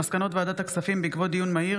מסקנות ועדת הכספים בעקבות דיון מהיר